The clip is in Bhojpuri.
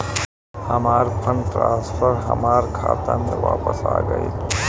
हमार फंड ट्रांसफर हमार खाता में वापस आ गइल